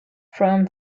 from